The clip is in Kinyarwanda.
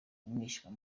umwishywa